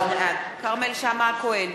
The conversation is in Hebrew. כרמל שאמה-הכהן,